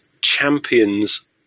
champions